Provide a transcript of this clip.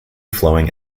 flowing